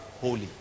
holy